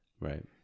Right